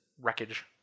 wreckage